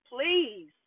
please